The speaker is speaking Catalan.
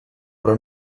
però